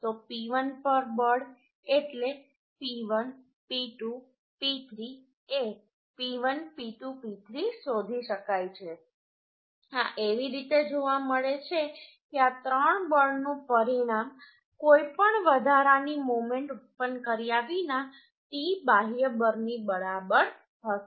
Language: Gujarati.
તો P1 પર બળ એટલે P1 P2 P3 એ P1 P2 P3 શોધી શકાય છે આ એવી રીતે જોવા મળે છે કે આ ત્રણ બળનું પરિણામ કોઈપણ વધારાની મોમેન્ટ ઉત્પન્ન કર્યા વિના T બાહ્ય બળની બરાબર હશે